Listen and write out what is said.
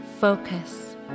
focus